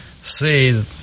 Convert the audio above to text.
see